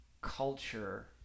culture